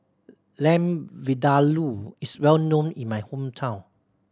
Lamb Vindaloo is well known in my hometown